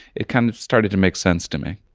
it kind of started to make sense to me.